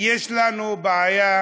שיש לנו בעיה